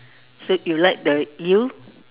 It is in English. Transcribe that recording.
so you like the eel